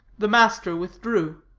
the master withdrew.